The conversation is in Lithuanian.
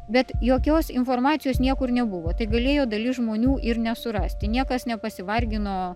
bet jokios informacijos niekur nebuvo tai galėjo dalis žmonių ir nesurasti niekas nepasivargino